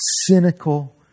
cynical